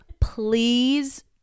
Please